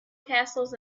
castles